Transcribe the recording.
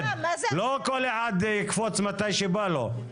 לא כל אחד יקפוץ מתי שבא לו.